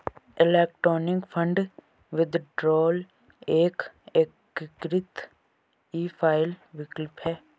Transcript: electronic fund withdrawal एक एकीकृत e file विकल्प है